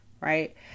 right